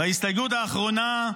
וההסתייגות האחרונה,